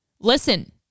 listen